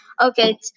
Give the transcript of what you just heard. Okay